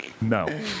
No